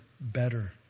better